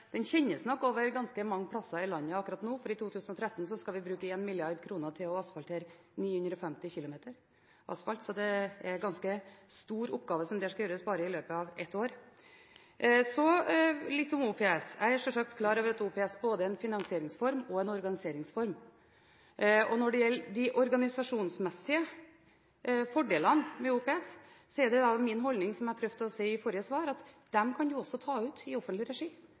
Den kjennes nok ganske mange steder i landet akkurat nå, for i 2013 skal vi bruke 1 mrd. kr til å asfaltere 950 km. Så det er en ganske stor oppgave som her skal gjøres bare i løpet av ett år. Så litt om OPS: Jeg er sjølsagt klar over at OPS både er en finansieringsform og en organiseringsform. Når det gjelder de organisasjonsmessige fordelene med OPS, er det min holdning – som jeg prøvde å si i forrige svar – at de kan man også ta ut i offentlig regi.